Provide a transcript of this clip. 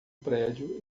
prédio